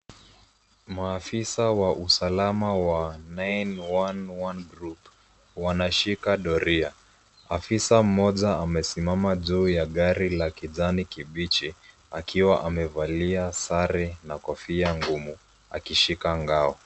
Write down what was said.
Maafisa wa usalama wa 911 group wanashika doria. Afisa mmoja amesimama juu ya gari la kijani kibichi akiwa amevalia sare na kofia ngumu akishika ngao.